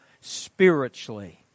spiritually